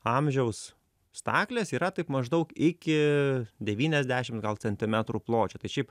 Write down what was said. amžiaus staklės yra taip maždaug iki devyniasdešim gal centimetrų pločio tai šiaip